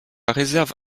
réserve